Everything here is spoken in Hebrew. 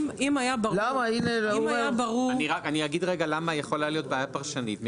אם היה ברור --- אני אגיד למה יכולה להיות בעיה פרשנית.